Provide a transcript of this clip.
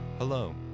Hello